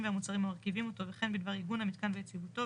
והמוצרים המרכיבים אותו וכן בדבר עיגון המיתקן ויציבותו,